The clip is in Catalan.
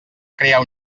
crear